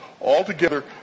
Altogether